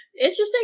Interesting